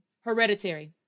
hereditary